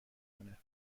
کنه